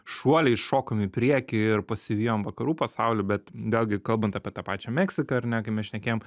šuoliais šokom į priekį ir pasivijom vakarų pasaulį bet vėlgi kalbant apie tą pačią meksiką ar ne kai mes šnekėjom